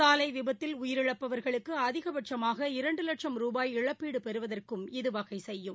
சாலைவிபத்தில் உயிரிழப்பவா்களுக்குஅதிகபட்சமா இரண்டுவட்சம் ரூபாய் இழப்பீடுபெறுவதற்கும் இது வகைசெய்யும்